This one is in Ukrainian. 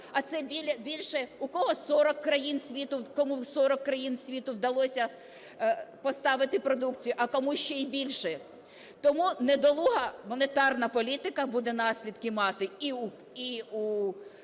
а це більше… у кого в 40 країн світу, кому в 40 країн світу вдалося поставити продукцію, а кому - ще і більше. Тому недолуга монетарна політика буде наслідки мати і у